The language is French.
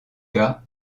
cas